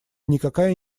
никакая